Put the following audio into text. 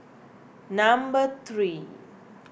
number three